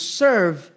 serve